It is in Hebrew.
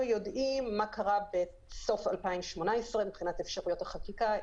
יודעים מה קרה בסוף 2018 מבחינת אפשרויות החקיקה,